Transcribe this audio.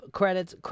credits